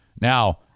Now